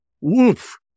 woof